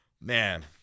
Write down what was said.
Man